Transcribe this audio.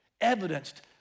evidenced